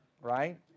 right